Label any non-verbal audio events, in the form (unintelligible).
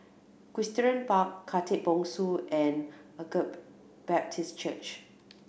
Equestrian (unintelligible) Khatib Bongsu and Agape Baptist Church